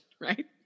right